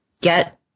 get